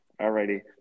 Alrighty